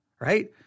right